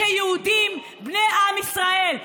בני עם ישראל,